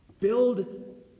Build